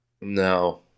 No